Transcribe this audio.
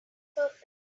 perfect